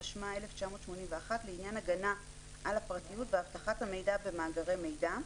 התשמ"א 1981 לעניין הגנה על הפרטיות ואבטחת המידע במאגרי מידע.